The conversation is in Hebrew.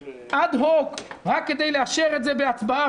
להקים ועדה אד-הוק רק כדי לאשר את זה בהצבעה,